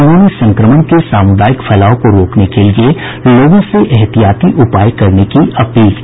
उन्होंने संक्रमण के सामुदायिक फैलाव को रोकने के लिए लोगों से ऐहतियाती उपाय करने की अपील की है